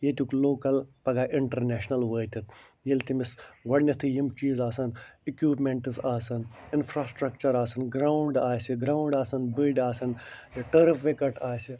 ییٚتیٛک لوکل پگاہ اِنٛٹرنیشنل وٲتِتھ ییٚلہِ تٔمِس گۄڈٕنیٚتھٕے یِم چیٖز آسان اِکوِپمیٚنٛٹٕز آسن اِنفرٛاسٹکچر آسَن گرٛاوُنٛڈ آسہِ گرٛاوُنٛڈ آسن بٔڑۍ آسَن یا ٹٔرٕف وِکٹ آسہِ